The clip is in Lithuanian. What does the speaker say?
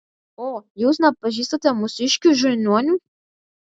o jūs nepažįstate mūsiškių žiniuonių